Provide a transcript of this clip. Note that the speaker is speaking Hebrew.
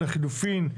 לחילופין,